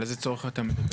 על איזה צורך אתה מתכוון?